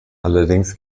allerdings